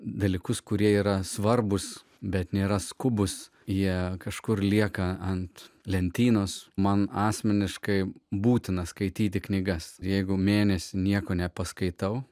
dalykus kurie yra svarbūs bet nėra skubūs jie kažkur lieka ant lentynos man asmeniškai būtina skaityti knygas jeigu mėnesį nieko nepaskaitau